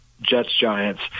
Jets-Giants